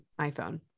iphone